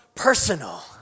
personal